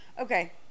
Okay